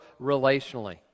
relationally